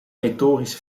retorische